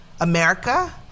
America